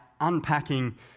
unpacking